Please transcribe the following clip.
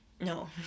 No